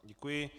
Děkuji.